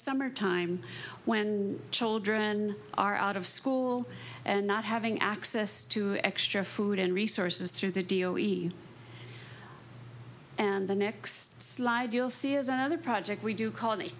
summer time when children are out of school and not having access to extra food and resources through the deal we and the next slide you'll see is another project we do c